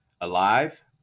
Alive